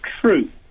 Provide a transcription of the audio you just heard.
true